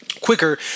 quicker